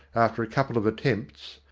after a couple of attempts,